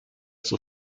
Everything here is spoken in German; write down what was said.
zur